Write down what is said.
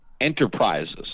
enterprises